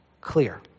clear